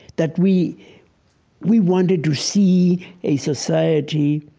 that we we wanted to see a society